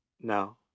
no